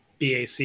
BAC